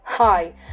Hi